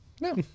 no